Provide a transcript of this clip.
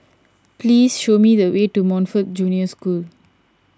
please show me the way to Montfort Junior School